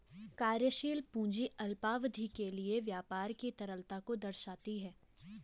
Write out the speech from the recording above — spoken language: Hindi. कार्यशील पूंजी अल्पावधि के लिए व्यापार की तरलता को दर्शाती है